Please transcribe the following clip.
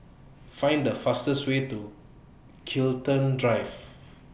Find The fastest Way to Chiltern Drive